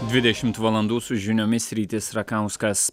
dvidešimt valandų su žiniomis rytis rakauskas